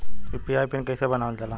UPI PIN कइसे बनावल जाला?